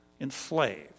enslaved